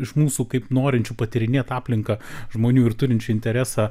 iš mūsų kaip norinčių patyrinėt aplinką žmonių ir turinčių interesą